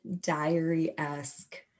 diary-esque